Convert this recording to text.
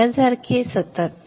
यासारखे सतत